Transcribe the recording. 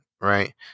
right